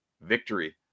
victory